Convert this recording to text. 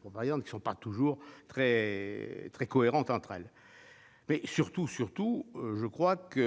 propagande, qui ne sont pas toujours cohérentes entre elles. Surtout, on risque